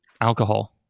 alcohol